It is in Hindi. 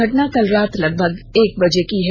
घटना बीती रात लगभग एक बजे की हैं